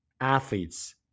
athletes